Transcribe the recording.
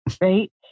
right